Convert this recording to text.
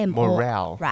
Morale